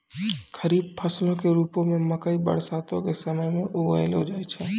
खरीफ फसलो के रुपो मे मकइ बरसातो के समय मे उगैलो जाय छै